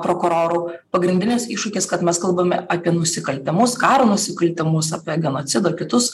prokurorų pagrindinis iššūkis kad mes kalbame apie nusikaltimus karo nusikaltimus apie genocidą kitus